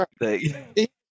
Right